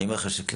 אני אומר לך שכן.